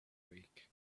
week